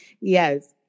Yes